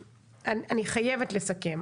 אני חייבת לסכם.